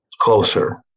closer